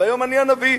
והיום אני הנביא.